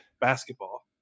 basketball